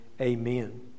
amen